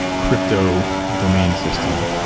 crypto domain system.